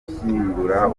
gushyingura